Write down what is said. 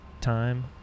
time